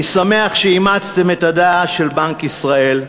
אני שמח שאימצתם את הדעה של בנק ישראל,